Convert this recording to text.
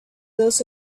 those